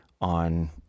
on